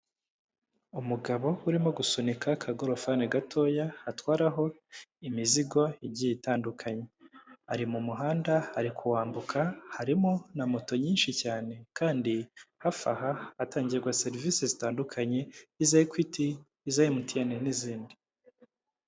Umugabo urimo gusunika akagorofani gatoya atwaraho imizigo igiye itandukanye, ari mu muhanda arikuwambuka, harimo na moto nyinshi cyane kandi hafi aha hatangirwa serivisi zitandukanye, nk'iza ekwiti, iza emutiyene n'izindi.